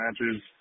matches